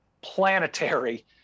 planetary